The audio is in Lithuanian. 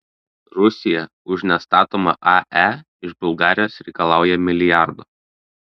rusija už nestatomą ae iš bulgarijos reikalauja milijardo